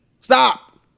Stop